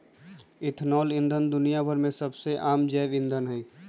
ethanol ईंधन दुनिया भर में सबसे आम जैव ईंधन हई